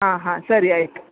ಹಾಂ ಹಾಂ ಸರಿ ಆಯಿತು